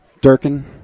Durkin